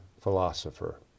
philosopher